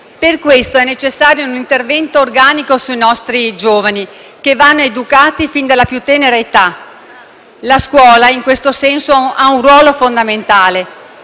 pertanto necessario un intervento organico sui nostri giovani, che vanno educati fin dalla più tenera età: la scuola, in questo senso, ha un ruolo fondamentale: